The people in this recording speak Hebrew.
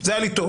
זה היה לי טוב.